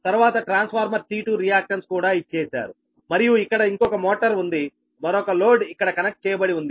తరువాత transformer T2 reactance కూడా ఇచ్చేశారు మరియు ఇక్కడ ఇంకొక మోటర్ ఉంది మరొక లోడ్ ఇక్కడ కనెక్ట్ చేయబడి ఉంది